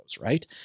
right